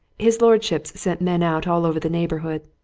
his lordship's sent men out all over the neighbourhood.